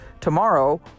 tomorrow